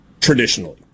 traditionally